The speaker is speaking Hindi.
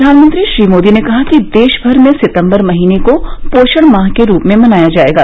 प्रधानमंत्री श्री मोदी ने कहा कि देशभर में सितंबर महीने को पोषण माह के रूप में मनाया जाएगा